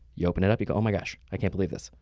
you open it up, you go oh, my gosh, i can't believe this.